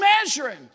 measuring